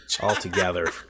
altogether